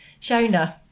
Shona